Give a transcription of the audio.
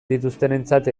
dituztenentzat